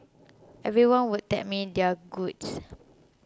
everyone would tell me their goods